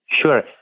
Sure